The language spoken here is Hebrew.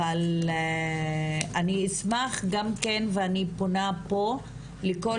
אבל אני אשמח גם כן ואני פונה פה לכל